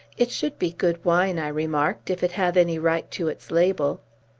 it should be good wine, i remarked, if it have any right to its label.